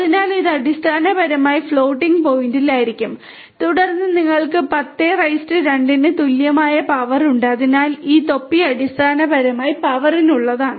അതിനാൽ ഇത് അടിസ്ഥാനപരമായി ഫ്ലോട്ടിംഗ് പോയിന്റിലായിരിക്കും തുടർന്ന് നിങ്ങൾക്ക് 102 ന് തുല്യമായ പവർ ഉണ്ട് അതിനാൽ ഈ തൊപ്പി അടിസ്ഥാനപരമായി പവറിനുള്ളതാണ്